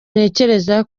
ntekereza